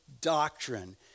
doctrine